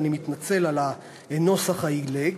אז אני מתנצל על הנוסח העילג,